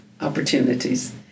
opportunities